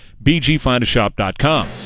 bgfindashop.com